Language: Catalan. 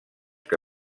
que